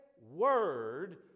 word